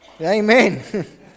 amen